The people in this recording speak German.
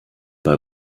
bei